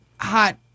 hot